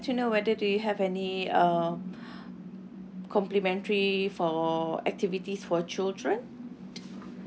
ya I would like to know whether do you have any um complementary for activities for children